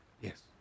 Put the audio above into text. Yes